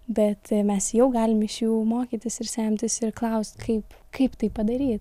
bet mes jau galim iš jų mokytis ir semtis ir klaust kaip kaip tai padaryt